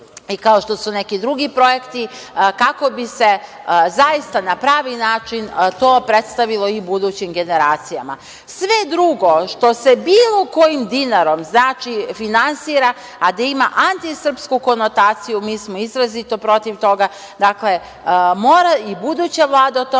i kao što su neki drugi projekti, kako bi se zaista na pravi način to predstavilo i budućim generacijama. Sve drugo što se bilo kojim dinarom, znači, finansira, a da ima antisrpsku konotaciju, mi smo izrazito protiv toga. Dakle, mora i buduća Vlada